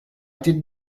did